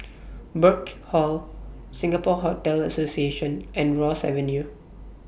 Burkill Hall Singapore Hotel Association and Ross Avenue